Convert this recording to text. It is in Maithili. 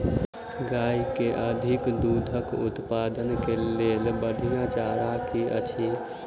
गाय केँ अधिक दुग्ध उत्पादन केँ लेल बढ़िया चारा की अछि?